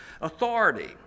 authority